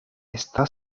está